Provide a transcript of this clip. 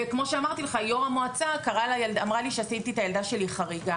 וכמו שאמרתי לך יו"ר המועצה אמרה לי שעשיתי את הילדה שלי חריגה